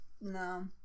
No